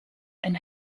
and